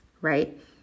right